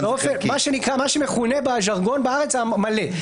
מה שמכונה בז'רגון בארץ "המלא".